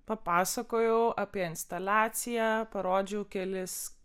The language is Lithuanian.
papasakojau apie instaliaciją parodžiau kelis